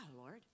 Lord